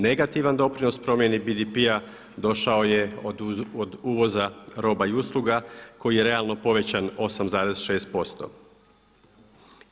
Negativan doprinos promjeni BDP-a došao je od uvoza roba i usluga koji je realno povećan 8,6%